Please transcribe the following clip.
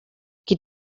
qui